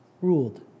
ruled